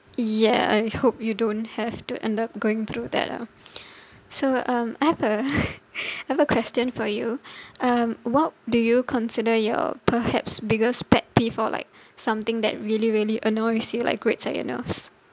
yeah I hope you don't have to end up going through that ah so um I have a I have a question for you um what do you consider your perhaps biggest pet peeve or like something that really really annoys you like grates up your nose